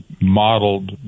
modeled